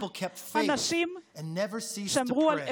האנשים שמרו על אמונתם,